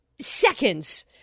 seconds